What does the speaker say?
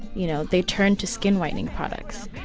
you know, they turn to skin-whitening products.